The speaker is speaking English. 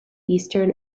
eastern